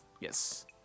Yes